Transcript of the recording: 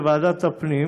לוועדת הפנים,